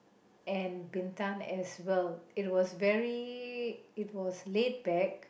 and Bintan as well it was very it was laid back